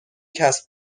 کسب